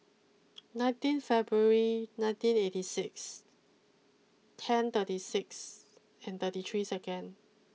nineteen February nineteen eighty six ten thirty six and thirty three second